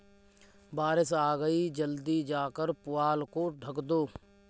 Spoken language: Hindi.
बारिश आ गई जल्दी जाकर पुआल को ढक दो